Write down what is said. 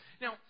Now